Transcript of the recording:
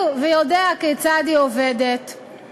האוצר משה כחלון שניאותו וסייעו להעברת החוק הזה,